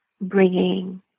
bringing